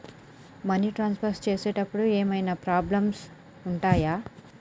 Money transfer చేసేటప్పుడు ఏమైనా problems ఉంటయా?